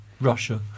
Russia